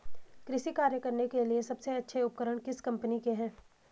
कृषि कार्य करने के लिए सबसे अच्छे उपकरण किस कंपनी के हैं?